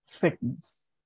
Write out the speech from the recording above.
fitness